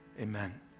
amen